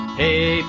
hey